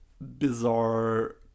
bizarre